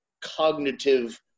cognitive